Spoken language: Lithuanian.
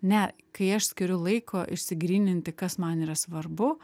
ne kai aš skiriu laiko išsigryninti kas man yra svarbu